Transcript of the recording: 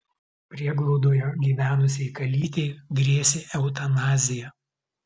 prieglaudoje gyvenusiai kalytei grėsė eutanazija